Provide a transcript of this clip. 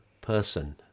person